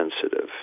sensitive